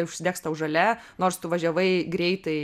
užsidegs tau žalia nors tu važiavai greitai